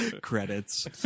Credits